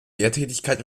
lehrtätigkeit